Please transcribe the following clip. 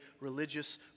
religious